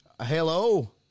Hello